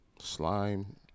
Slime